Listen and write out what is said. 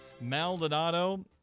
Maldonado